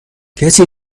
کسی